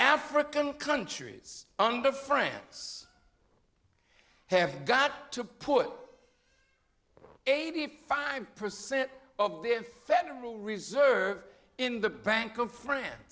african countries under france have got to put eighty five percent of their federal reserve in the bank of fr